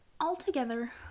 Altogether